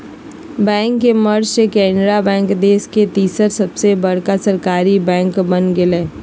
bank के merge से Canara bank देश के तीसर सबसे बड़का सरकारी बैंक बन गेलय